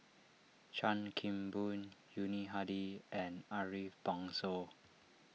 Chan Kim Boon Yuni Hadi and Ariff Bongso